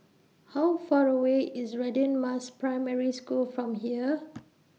How Far away IS Radin Mas Primary School from here